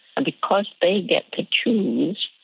and because they get to choose,